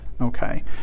Okay